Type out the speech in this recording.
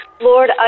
Lord